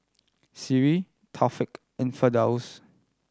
Sri Taufik and Firdaus